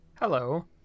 Hello